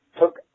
took